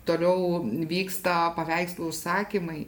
toliau vyksta paveikslų užsakymai